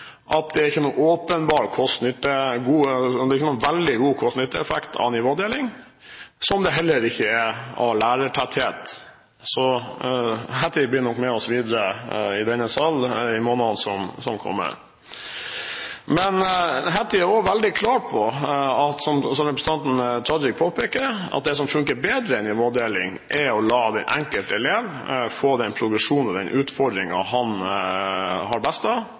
så veldig god kost–nytte-effekt av nivådeling, som det heller ikke er av lærertetthet. Hattie blir nok med oss videre i denne salen i månedene som kommer. Men Hattie er også veldig klar på, som representanten Tajik påpekte, at det som funker bedre enn nivådeling, er å la den enkelte elev få den progresjonen og den utfordringen han har best av,